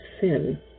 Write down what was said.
sin